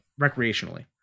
Recreationally